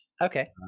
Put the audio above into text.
Okay